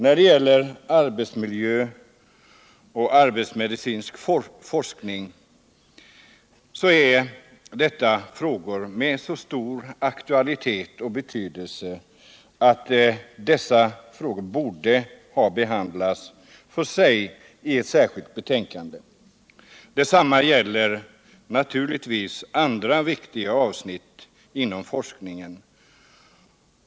Arbetsmiljöforskning och arbetsmedicinsk forskning är frågor med så stor aktualitet och betydelse att de borde ha behandlats för sig i ett särskilt betänkande. Detsamma gäller andra viktiga avsnitt inom forskningen.